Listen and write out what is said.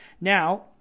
Now